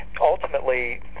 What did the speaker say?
ultimately